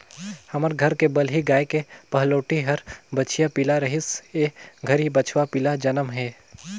हमर घर के बलही गाय के पहलोठि हर बछिया पिला रहिस ए घरी बछवा पिला जनम हे